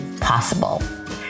possible